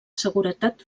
seguretat